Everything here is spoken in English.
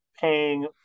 paying